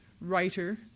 writer